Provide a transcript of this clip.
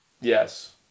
Yes